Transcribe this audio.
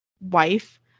wife